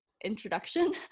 introduction